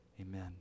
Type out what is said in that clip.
Amen